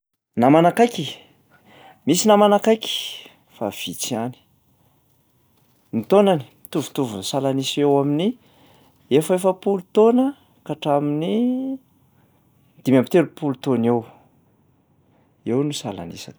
Namana akaiky? Misy ny namana akaiky fa vitsy ihany. Ny taonany mitovitovy ny salanisa eo amin'ny efaefapolo taona ka hatramin'ny dimy amby telopolo taona eo, eo no salanisa taona.